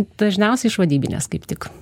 dažniausiai iš vadybinės kaip tik